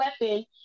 weapon